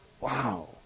Wow